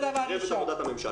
יש הדלפות, ויש הדלפות.